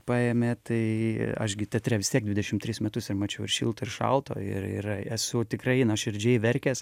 paėmė tai aš gi teatre vis tiek dvidešim tris metus ir mačiau ir šilto ir šalto ir ir esu tikrai nuoširdžiai verkęs